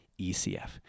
ECF